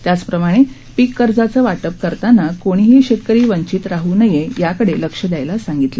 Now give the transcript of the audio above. त्याचप्रमाणे पीक कर्जाचं वाटप करताना कोणीही शेतकरी वंचित राह नये याकडे लक्ष द्यायला सांगितलं